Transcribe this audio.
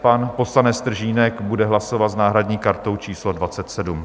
Pan poslanec Stržínek bude hlasovat s náhradní kartou číslo 27.